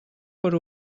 per